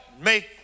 make